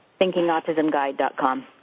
Thinkingautismguide.com